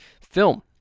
film